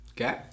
Okay